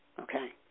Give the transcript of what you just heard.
okay